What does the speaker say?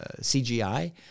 CGI